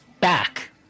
back